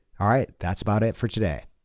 all right, that's about it for today.